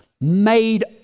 made